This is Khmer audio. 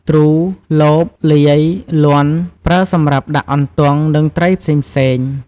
ទ្រូ លប លាយ លាន់ ប្រើសម្រាប់ដាក់អន្ទង់ និងត្រីផ្សេងៗ។